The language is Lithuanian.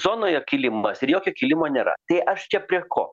zonoje kilimas ir jokio kilimo nėra tai aš čia prie ko